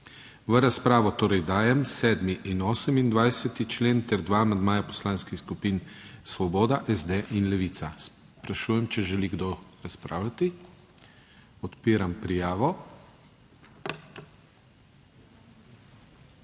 V razpravo torej dajem 7. in 28. člen ter dva amandmaja Poslanskih skupin Svoboda SD in Levica. Sprašujem, če želi kdo razpravljati? Odpiram prijavo.